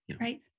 Right